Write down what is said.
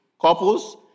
couples